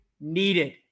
needed